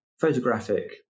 photographic